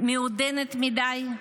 מעודנת מדי?